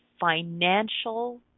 financial